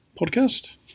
podcast